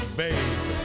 babe